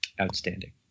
Outstanding